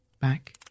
back